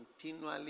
continually